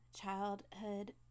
childhood